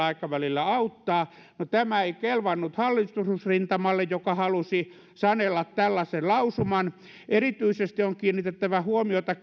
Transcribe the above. aikavälillä auttaa tämä ei kelvannut hallitusrintamalle joka halusi sanella tällaisen lausuman erityisesti on kiinnitettävä huomiota